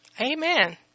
Amen